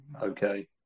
okay